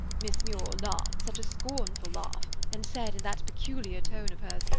miss muir laughed, such a scornful laugh, and said, in that peculiar tone of hers,